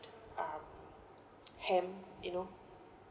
um ham you know